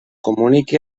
comuniqui